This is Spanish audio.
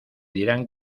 dirán